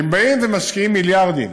אם באים ומשקיעים מיליארדים